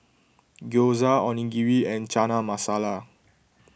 Gyoza Onigiri and Chana Masala